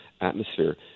atmosphere